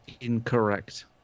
Incorrect